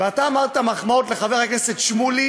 חבר הכנסת ביטן,